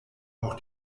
auch